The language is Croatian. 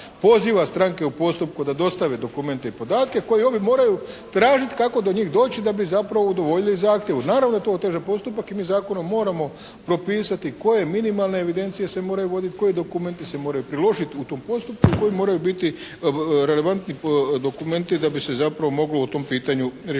poziva stranke u postupku da dostave dokumente i podatke koji ovi moraju tražiti kako do njih doći da bi zapravo udovoljili zahtjevu. Naravno to oteža postupak i mi zakonom moramo propisati koje minimalne evidencije se moraju voditi, koji dokumenti se moraju priložiti u tom postupku koji moraju biti relevantni dokumenti da bi se zapravo moglo u tom pitanju rješavati